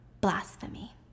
blasphemy